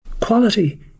Quality